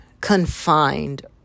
confined